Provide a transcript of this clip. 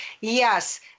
yes